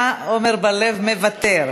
גברתי, עמר בר-לב נוכח אבל מוותר.